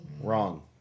Wrong